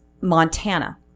Montana